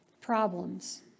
problems